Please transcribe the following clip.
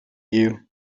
you